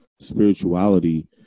spirituality